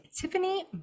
Tiffany